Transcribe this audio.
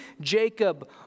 Jacob